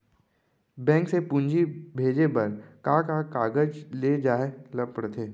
Bank से पूंजी भेजे बर का का कागज ले जाये ल पड़थे?